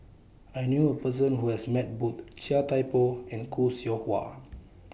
I knew A Person Who has Met Both Chia Thye Poh and Khoo Seow Hwa